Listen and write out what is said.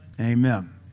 Amen